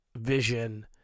Vision